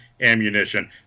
ammunition